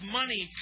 money